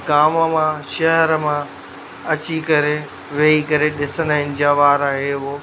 गांव मां शहर मां अची करे वेही करे ॾिसंदा आहिनि जवार हे हो